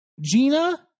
Gina